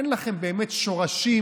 אין לכם באמת שורשים